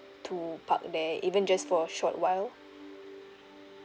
to park there even just for a short while